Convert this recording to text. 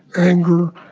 anger,